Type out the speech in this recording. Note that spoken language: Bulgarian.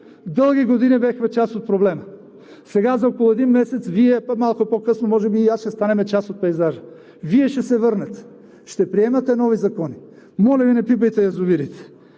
Дълги години бяхме част от проблема. Сега, за около един месец, Вие малко по-късно, и аз, ще станем част от пейзажа. Вие ще се върнете, ще приемате нови закони. Моля Ви, не пипайте язовирите!